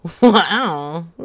Wow